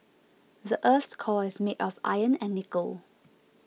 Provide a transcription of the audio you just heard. the earth's core is made of iron and nickel